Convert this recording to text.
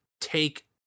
take